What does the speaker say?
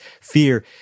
fear